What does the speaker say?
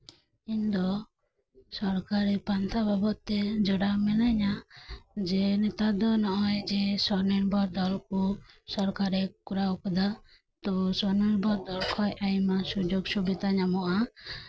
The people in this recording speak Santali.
ᱤᱧ ᱫᱚ ᱥᱚᱨᱠᱟᱨᱤ ᱯᱟᱱᱛᱷᱟ ᱵᱟᱵᱚᱫ ᱛᱮ ᱡᱚᱲᱟᱣ ᱢᱤᱱᱟᱹᱧᱟ ᱡᱮ ᱱᱮᱛᱟᱨ ᱫᱚ ᱱᱚᱜ ᱚᱭ ᱡᱮ ᱥᱚᱱᱤᱨᱵᱷᱚᱨ ᱫᱚᱞ ᱠᱚ ᱥᱚᱨᱠᱟᱨᱮ ᱠᱚᱨᱟᱣ ᱟᱠᱟᱫᱟ ᱛᱳ ᱥᱚᱱᱤᱨᱵᱷᱚᱨ ᱫᱚᱞ ᱠᱷᱚᱡ ᱟᱭᱢᱟ ᱥᱩᱡᱳᱜ ᱥᱤᱵᱤᱫᱷᱟ ᱧᱟᱢᱚᱜᱼᱟ